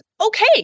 okay